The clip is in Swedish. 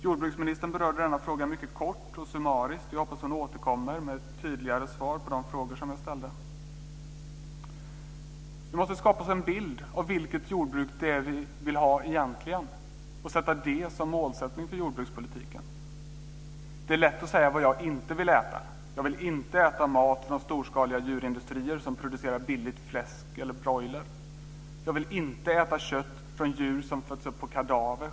Jordbruksministern berörde denna fråga mycket kort och summariskt. Jag hoppas att hon återkommer med tydligare svar på de frågor som jag ställde. Vi måste skapa oss en bild av vilket jordbruk vi egentligen vill ha och sätta den som mål för jordbrukspolitiken. Det är lätt att säga vad jag inte vill äta. Jag vill inte äta mat från storskaliga djurindustrier som producerar billigt fläsk eller broiler. Jag vill självklart inte äta kött från djur som fötts upp på kadaver.